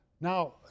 Now